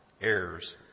heirs